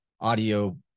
audio